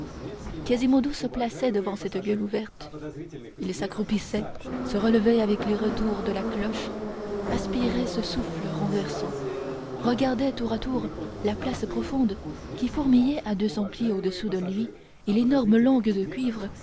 quasimodo se plaçait devant cette gueule ouverte il s'accroupissait se relevait avec les retours de la cloche aspirait ce souffle renversant regardait tour à tour la place profonde qui fourmillait à deux cents pieds au-dessous de lui et l'énorme langue de cuivre